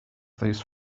these